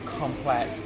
complex